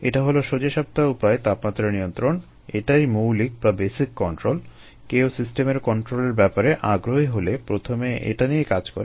এটা হলো সোজাসাপ্টা উপায়ে তাপমাত্রা নিযন্ত্রণ এটাই মৌলিক বা বেসিক কন্ট্রোল কেউ সিস্টেমের কন্ট্রোলের ব্যাপারে আগ্রহী হলে প্রথমে এটা নিয়েই কাজ করে